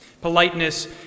politeness